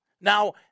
Now